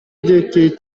диэки